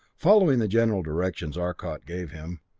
following the general directions arcot gave him,